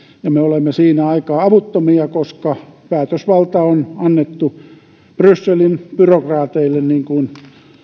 ja me olemme siinä aika avuttomia koska päätösvalta on annettu brysselin byrokraateille niin kuin